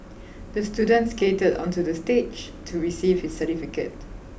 the student skated onto the stage to receive his certificate